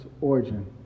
origin